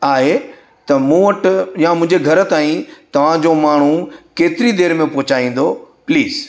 आहे त मूं वटि या मुंहिंजे घर ताईं तहांजो माण्हूं केतिरी देरि में पोहचाईंदो प्लीस